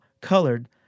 colored